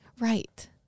right